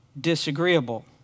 disagreeable